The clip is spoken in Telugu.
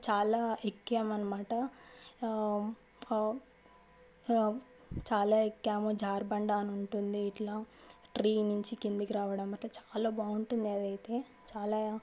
చాలా ఎక్కాము అన్నమాట చాలా ఎక్కాము జారుబండ అని ఉంటుంది ఇట్లా ట్రీ నుంచి కిందికి రావడం అట్లా చాలా బాగుంటుంది అదైతే చాలా